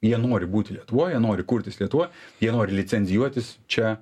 jie nori būti lietuvoj jie nori kurtis lietuvoj jie nori licenzijuotis čia